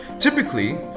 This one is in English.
Typically